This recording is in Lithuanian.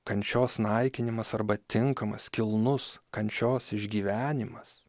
kančios naikinimas arba tinkamas kilnus kančios išgyvenimas